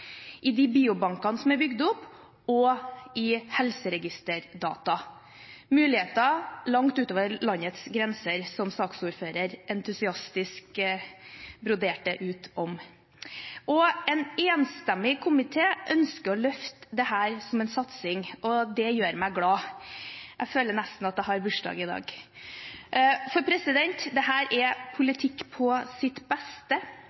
i de biobankene som er bygget opp, og i helseregisterdata – muligheter langt utover landets grenser, som saksordføreren entusiastisk broderte ut om. En enstemmig komité ønsker å løfte dette som en satsing, og det gjør meg glad. Jeg føler nesten at jeg har bursdag i dag. Dette er politikk på sitt beste.